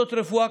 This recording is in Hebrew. מוסדות רפואה,